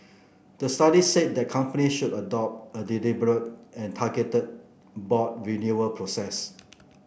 the study said that companies should adopt a deliberate and targeted board renewal process